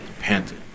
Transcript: Panther